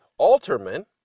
Alterman